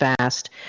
fast